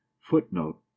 footnote